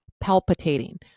palpitating